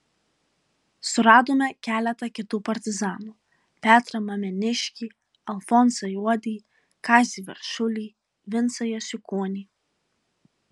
suradome keletą kitų partizanų petrą mameniškį alfonsą juodį kazį veršulį vincą jasiukonį